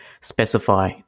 specify